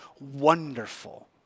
wonderful